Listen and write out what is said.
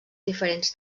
diferents